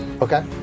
Okay